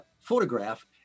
photograph